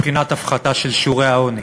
מבחינת הפחתה של שיעורי העוני